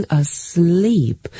asleep